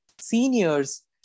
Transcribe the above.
seniors